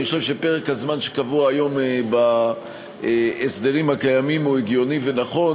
אני חושב שפרק הזמן שקבוע היום בהסדרים הקיימים הוא הגיוני ונכון,